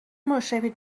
مشرفید